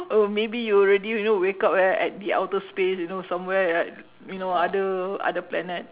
oh maybe you already you know wake up right at the outer space you know somewhere right you know other other planet